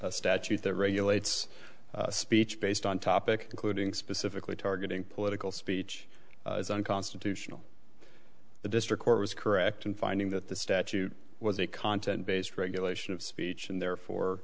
a statute that regulates speech based on topic including specifically targeting political speech is unconstitutional the district court was correct in finding that the statute was a content based regulation of speech and therefore